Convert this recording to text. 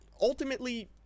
ultimately